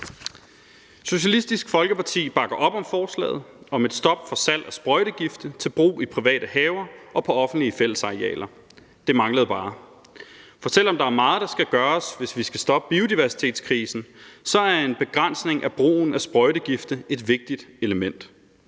Socialistisk Folkeparti bakker op om forslaget om et stop for salg af sprøjtegifte til brug i private haver og på offentlige fællesarealer. Det manglede bare. For selv om der er meget, der skal gøres, hvis vi skal stoppe biodiversitetskrisen, er en begrænsning af brugen af sprøjtegifte et vigtigt element.